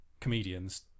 comedians